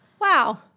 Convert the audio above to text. Wow